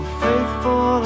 faithful